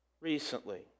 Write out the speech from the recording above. recently